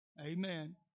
Amen